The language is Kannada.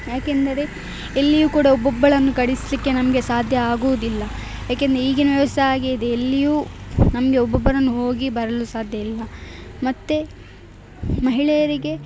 ಯಾಕೆಂದರೆ ಎಲ್ಲಿಯೂ ಕೂಡ ಒಬ್ಬೊಬ್ಬಳನ್ನು ಕಳಿಸಲಿಕ್ಕೆ ನಮಗೆ ಸಾಧ್ಯ ಆಗುವುದಿಲ್ಲ ಏಕೆಂದ್ರೆ ಈಗಿನ ವ್ಯವಸ್ಥೆ ಹಾಗೆ ಇದೆ ಎಲ್ಲಿಯೂ ನಮಗೆ ಒಬ್ಬೊಬ್ಬರನ್ನು ಹೋಗಿ ಬರಲು ಸಾಧ್ಯ ಇಲ್ಲ ಮತ್ತು ಮಹಿಳೆಯರಿಗೆ